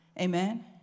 amen